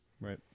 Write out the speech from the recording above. right